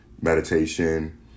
meditation